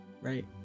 right